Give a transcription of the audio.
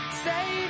Say